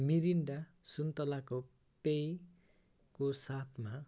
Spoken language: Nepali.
मिरिन्डा सुन्तलाको पेयको साथमा